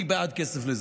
אני בעד כסף לזק"א,